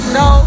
no